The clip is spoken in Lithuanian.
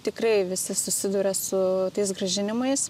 tikrai visi susiduria su tais grąžinimais